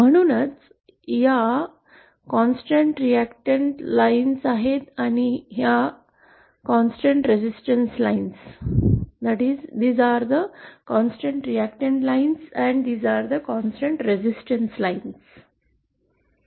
म्हणूनच या सतत प्रतिक्रिया रेषा आहेत आणि या स्थिर प्रतिरोध रेषा आहेत